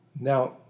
Now